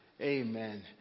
Amen